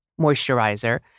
moisturizer